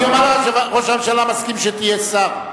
אני אומר לך שראש הממשלה מסכים שתהיה שר.